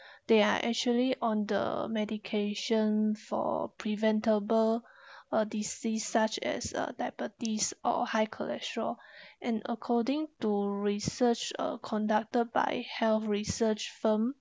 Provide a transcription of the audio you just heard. they are actually on the medication for preventable uh disease such as uh diabetes or high cholesterol and according to research uh conducted by health research firm